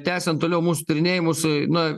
tęsiant toliau mūsų tyrinėjimus na